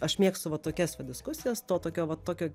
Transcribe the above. aš mėgstu va tokias va diskusijas to tokio va tokio